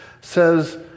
says